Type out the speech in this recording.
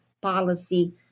policy